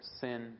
sin